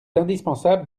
indispensable